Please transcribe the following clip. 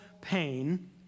pain